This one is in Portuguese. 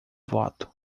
voto